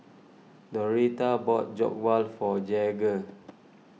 Doretha bought Jokbal for Jagger